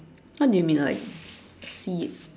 what do you mean like see it